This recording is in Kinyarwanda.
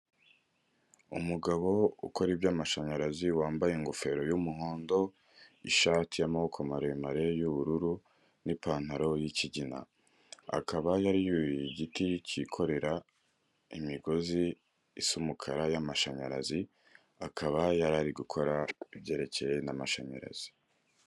Umugabo ukora iby'amashanyarazi wambaye ingofero y'umuhondo, ishati y'amaboko maremare y'ubururu n'ipantaro y'ikigina, akaba yari yuriye igiti cyikorera imigozi isa umukara y'amashanyarazi, akaba yarari gukora ibyerekeye n'amashanyarazi.